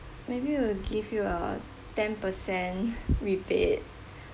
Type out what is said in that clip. maybe we we'll give you a ten per cent rebate